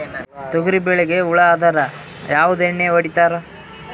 ತೊಗರಿಬೇಳಿಗಿ ಹುಳ ಆದರ ಯಾವದ ಎಣ್ಣಿ ಹೊಡಿತ್ತಾರ?